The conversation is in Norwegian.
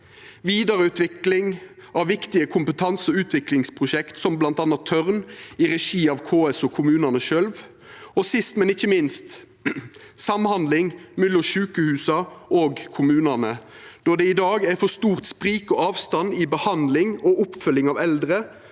vidareutvikling av viktige kompetanse- og utviklingsprosjekt som bl.a. Tørn-prosjektet i regi av KS og kommunane sjølve, og sist, men ikkje minst samhandling mellom sjukehusa og kommunane, då det i dag er for stort sprik og avstand i behandling og oppfølging av eldre